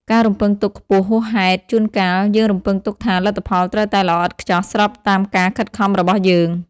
ការរំពឹងទុកខ្ពស់ហួសហេតុជួនកាលយើងរំពឹងទុកថា លទ្ធផលត្រូវតែល្អឥតខ្ចោះ ស្របតាមការខិតខំរបស់យើង។